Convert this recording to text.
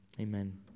Amen